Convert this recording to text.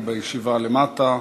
היא בישיבה למטה.